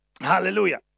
Hallelujah